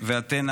ואתן,